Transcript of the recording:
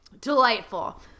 Delightful